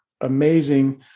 amazing